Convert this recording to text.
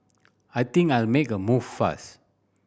I think I'll make a move first